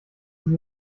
sie